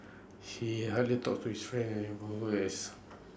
he hardly talks to his friends or neighbours as